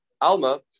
Alma